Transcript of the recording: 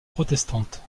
protestante